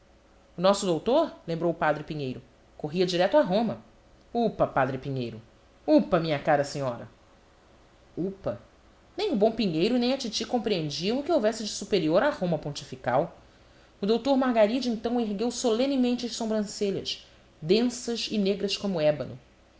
nosso doutor lembrou o padre pinheiro corria direito a roma upa padre pinheiro upa minha cara senhora upa nem o bom pinheiro nem a titi compreendiam o que houvesse de superior a roma pontifical o doutor margaride então ergueu solenemente as sobrancelhas densas e negras como ébano